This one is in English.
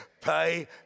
Pay